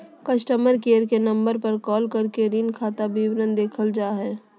customer care के number पर call करके ऋण खाता विवरण देखल जा हय